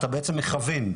אתה בעצם מכוון,